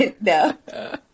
no